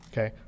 Okay